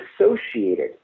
associated